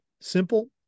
Simple